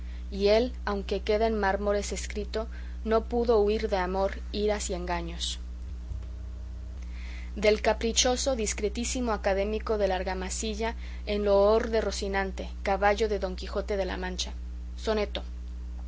y él aunque queda en mármores escrito no pudo huir de amor iras y engaños del caprichoso discretísimo académico de la argamasilla en loor de rocinante caballo de don quijote de la mancha soneto